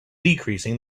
decreasing